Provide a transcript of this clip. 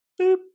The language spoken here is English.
Boop